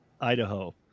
Idaho